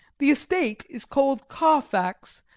the estate is called carfax,